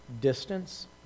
distance